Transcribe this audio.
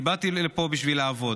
אני באתי לפה בשביל לעבוד,